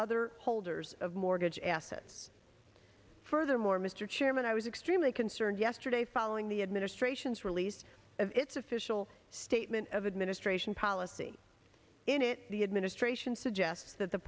other holders of mortgage assets furthermore mr chairman i was extremely concerned yesterday following the administration's release of its official state of administration policy in it the administration suggests that the